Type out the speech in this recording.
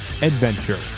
Adventure